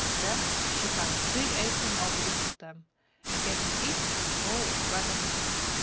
then she tied a big apron over each of them and gave them each a bowl of bread and milk.